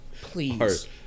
Please